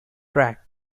track